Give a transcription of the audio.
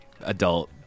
adult